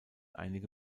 einige